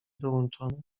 wyłączony